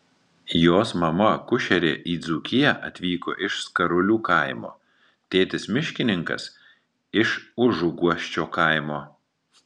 jos mama akušerė į dzūkiją atvyko iš skarulių kaimo tėtis miškininkas iš užuguosčio kaimo